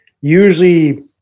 Usually